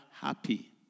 happy